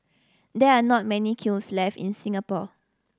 there are not many kilns left in Singapore